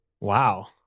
Wow